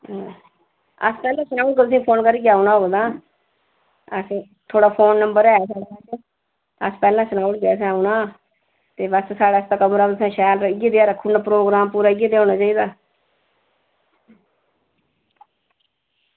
हां अस पैह्लें सनाई ओड़गे तुसेंगी फोन करियै औना होग तां अच्छा थुआढ़ा फोन नंबर ऐ साढ़े कश अस पैह्लें सनाई ओड़गे असें औना ते बस साढ़ा कमरा तुसें शैल इयै जनेहा रक्खी ओड़ना प्रोग्राम पूरा इ'यै जेहा होना चाहिदा